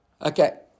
Okay